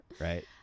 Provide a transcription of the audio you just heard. right